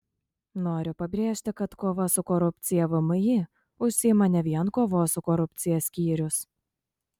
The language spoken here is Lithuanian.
noriu pabrėžti kad kova su korupcija vmi užsiima ne vien kovos su korupcija skyrius